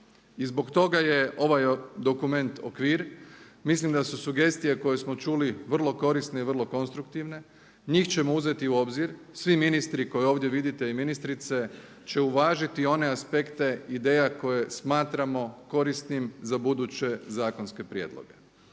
I zbog toga je ovaj dokument okvir. Mislim da su sugestije koje smo čuli vrlo korisne i vrlo konstruktivne. Njih ćemo uzeti u obzir, svi ministri koje ovdje vidite i ministrice će uvažiti one aspekte ideja koje smatramo korisnim za buduće zakonske prijedloge.